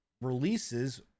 releases